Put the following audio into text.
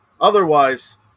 Otherwise